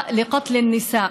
(אומרת בערבית: די לרצח נשים.)